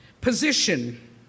position